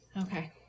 Okay